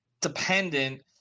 dependent